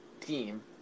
team